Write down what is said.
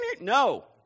No